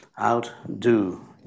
outdo